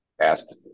asked